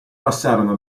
passarono